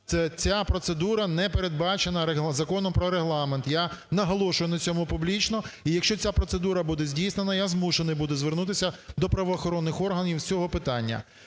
Ця процедура не передбачена Законом про Регламент, я наголошую на цьому публічно. І якщо ця процедура буде здійснена, я змушений буду звернутися до правоохоронних органів з цього питання,